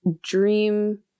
dream